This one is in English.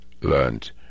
learned